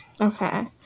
Okay